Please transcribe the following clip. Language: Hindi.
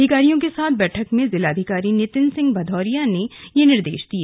अधिकारियों के साथ बैठक में जिलाधिकारी नितिन सिंह भदौरिया ने यह निर्देश दिए